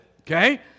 okay